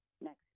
next